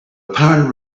apparent